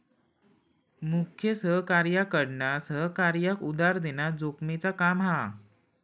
मुख्य सहकार्याकडना सहकार्याक उधार देना जोखमेचा काम हा